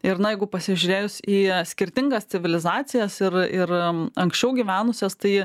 ir na jeigu pasižiūrėjus į skirtingas civilizacijas ir ir anksčiau gyvenusias tai